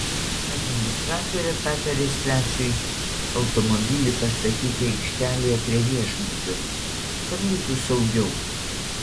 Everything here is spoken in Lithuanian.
administratorė patarė svečiui automobilį pastatyti aikštelėje prie viešbučio kad būtų saugiau